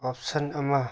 option ꯑꯃ